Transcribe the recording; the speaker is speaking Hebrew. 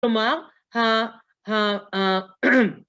כלומר ה...